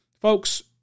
Folks